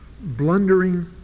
blundering